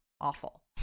awful